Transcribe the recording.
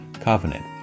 covenant